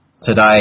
today